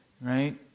right